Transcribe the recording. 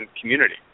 community